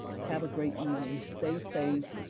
have a great evening, stay safe,